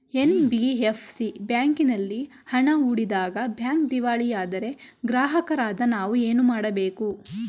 NBFC ಬ್ಯಾಂಕಿನಲ್ಲಿ ಹಣ ಹೂಡಿದಾಗ ಬ್ಯಾಂಕ್ ದಿವಾಳಿಯಾದರೆ ಗ್ರಾಹಕರಾದ ನಾವು ಏನು ಮಾಡಬೇಕು?